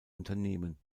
unternehmen